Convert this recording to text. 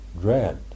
dread